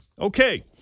Okay